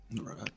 right